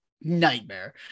nightmare